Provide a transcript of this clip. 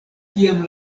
kiam